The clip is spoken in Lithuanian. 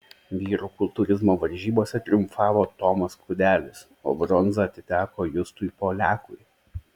vyrų kultūrizmo varžybose triumfavo tomas kudelis o bronza atiteko justui poliakui